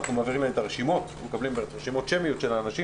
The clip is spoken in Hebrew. אנחנו מעבירים להם את הרשימות השמיות של האנשים,